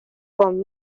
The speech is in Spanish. con